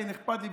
כן אכפת לי,